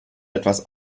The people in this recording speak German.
etwas